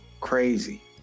crazy